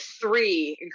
three